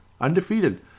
undefeated